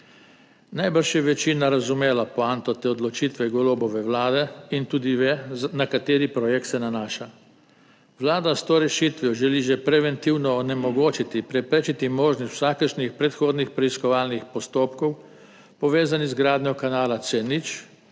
Najbrž je večina razumela poanto te odločitve Golobove vlade in tudi ve, na kateri projekt se nanaša. Vlada s to rešitvijo želi že preventivno onemogočiti, preprečiti možnost vsakršnih predhodnih preiskovalnih postopkov, povezanih z gradnjo kanala C0,